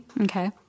Okay